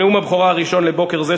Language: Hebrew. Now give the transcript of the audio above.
נאום הבכורה הראשון לבוקר זה,